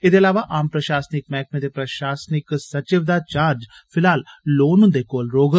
एह्दे अलावा आम प्रशासनिक मैह्कमें दे प्रशासनिक संचिव दा चार्ज फिलहाल लोन हुन्दे कोल गै रौह्ग